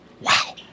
Wow